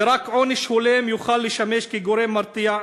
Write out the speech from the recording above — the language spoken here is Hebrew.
ורק עונש הולם יוכל לשמש גורם מרתיע,